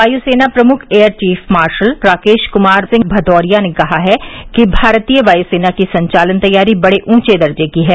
वायुसेना प्रमुख air chief marshal Rakesh Kumar Singh Bhadauria ने कहा है कि भारतीय वायुसेना की संचालन तैयारी बड़े ऊंचे दर्जे की है